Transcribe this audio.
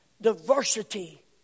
Diversity